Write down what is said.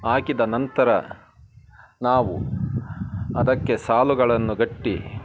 ಹಾಕಿದ ನಂತರ ನಾವು ಅದಕ್ಕೆ ಸಾಲುಗಳನ್ನು ಗಟ್ಟಿ